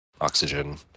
oxygen